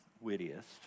wittiest